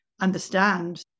understand